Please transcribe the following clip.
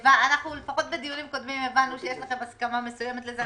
לפחות בדיונים הקודמים הבנו שיש לכם הסכמה מסוימת לזה.